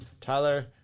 Tyler